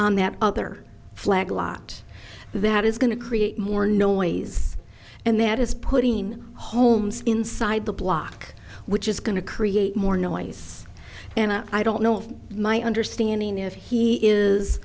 on that other flag a lot that is going to create more noise and that is putting in homes inside the block which is going to create more noise and i don't know if my understanding of he is